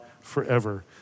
forever